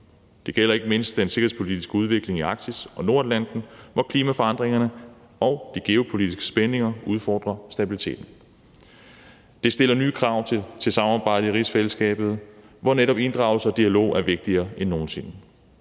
Det gælder ikke mindst den sikkerhedspolitiske udvikling i Arktis og Nordatlanten, hvor klimaforandringerne og de geopolitiske spændinger udfordrer stabiliteten. Det stiller nye krav til samarbejdet i rigsfællesskabet, hvor netop inddragelse og dialog er vigtigere end nogen sinde.